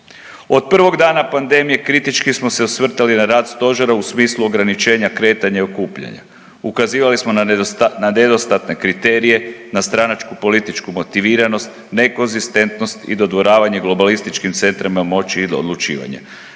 Od prvog dana pandemiji kritički smo se osvrtali na rad Stožera u smislu ograničenja kretanja i okupljanja. Ukazivali smo na nedostatne kriterije, na stranačku političku motiviranost, nekonzistentnost i dodvoravanje globalističkim centrima moći odlučivanja.